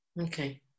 Okay